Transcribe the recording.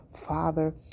father